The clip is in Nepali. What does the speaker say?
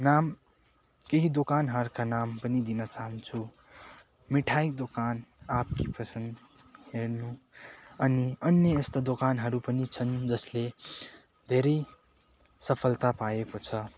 नाम केही दोकानहरूका नाम पनि दिन चाहन्छु मिठाई दोकान आप की पसन्द हेर्नु अनि अन्य यस्तो दोकानहरू पनि छन् जसले धेरै सफलता पाएको छ